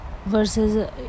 versus